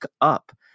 up